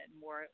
more